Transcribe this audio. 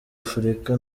afurika